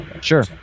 Sure